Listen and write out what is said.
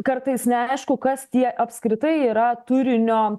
kartais neaišku kas tie apskritai yra turinio